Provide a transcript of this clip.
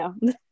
no